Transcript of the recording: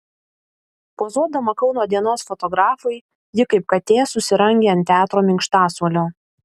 pozuodama kauno dienos fotografui ji kaip katė susirangė ant teatro minkštasuolio